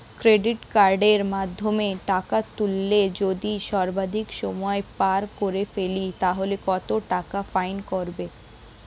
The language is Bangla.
ক্রেডিট কার্ডের মাধ্যমে টাকা তুললে যদি সর্বাধিক সময় পার করে ফেলি তাহলে কত টাকা ফাইন হবে?